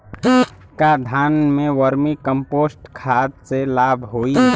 का धान में वर्मी कंपोस्ट खाद से लाभ होई?